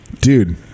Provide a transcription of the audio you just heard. dude